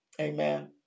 Amen